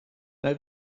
nai